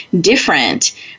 different